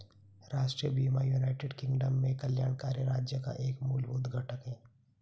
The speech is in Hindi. राष्ट्रीय बीमा यूनाइटेड किंगडम में कल्याणकारी राज्य का एक मूलभूत घटक है